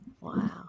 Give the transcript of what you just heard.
Wow